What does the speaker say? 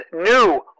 new